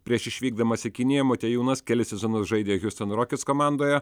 prieš išvykdamas į kiniją motiejūnas kelis sezonus žaidė hiustono rokets komandoje